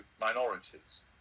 minorities